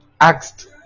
asked